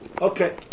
Okay